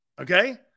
okay